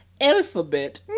alphabet